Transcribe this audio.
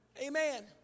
Amen